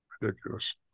ridiculous